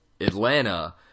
Atlanta